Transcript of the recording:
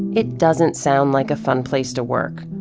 it doesn't sound like a fun place to work.